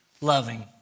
loving